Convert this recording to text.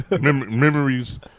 memories